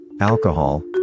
alcohol